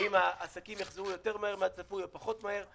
האם עסקים יחזרו יותר מהר מהצפוי או פחות מהר?